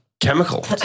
Chemical